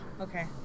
okay